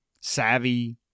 savvy